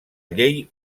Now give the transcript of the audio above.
llei